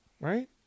Right